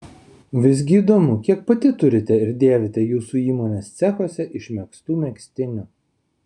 visgi įdomu kiek pati turite ir dėvite jūsų įmonės cechuose išmegztų megztinių